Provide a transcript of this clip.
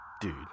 Dude